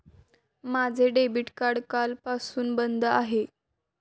माझे debit card कालपासून बंद आहे